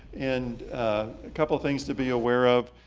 and a couple things to be aware of.